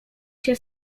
się